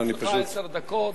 לרשותך עשר דקות.